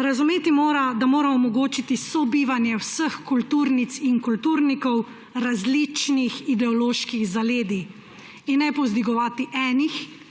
razumeti mora, da mora omogočiti sobivanje vseh kulturnic in kulturnikov različnih ideoloških zaledij in ne povzdigovati enih